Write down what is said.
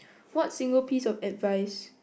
what single piece of advice